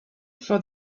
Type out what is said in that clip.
for